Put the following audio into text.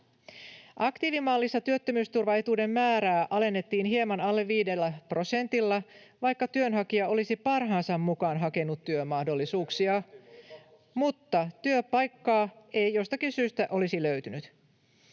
Aktiivimallissa työttömyysturva-etuuden määrää alennettiin hieman alle 5 prosentilla, vaikka työnhakija olisi parhaansa mukaan hakenut työmahdollisuuksia, mutta työpaikkaa ei jostakin syystä olisi löytynyt.